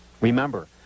Remember